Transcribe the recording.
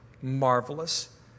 marvelous